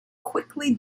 quickly